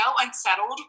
unsettled